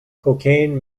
cocaine